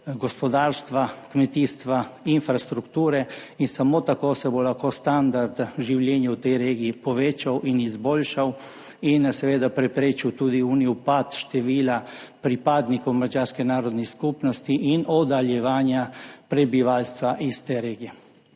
gospodarstva, kmetijstva, infrastrukture. Samo tako se bo lahko standard življenja v tej regiji povečal in izboljšal in bo tudi preprečil upad števila pripadnikov madžarske narodne skupnosti in oddaljevanje prebivalstva od te regije.